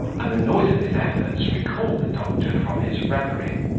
and the noise of his efforts recalled the doctor from his reverie.